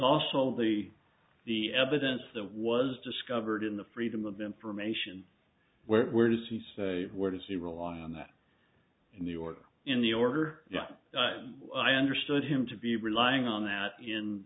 all the the evidence that was discovered in the freedom of information where where does he say where does the rely on that in the order in the order yes i understood him to be relying on that in